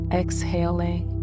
exhaling